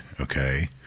okay